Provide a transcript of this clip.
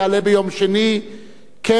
כן יהיו סנקציות של הכנסת,